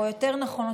או יותר נכון,